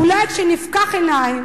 אולי כשנפקח עיניים